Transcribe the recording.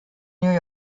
new